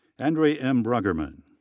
andrea m. bruggeman.